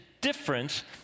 difference